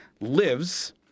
lives